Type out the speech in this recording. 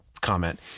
comment